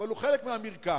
אבל הוא חלק מהמרקם.